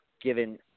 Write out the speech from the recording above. given